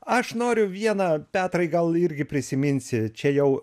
aš noriu vieną petrai gal irgi prisiminsi čia jau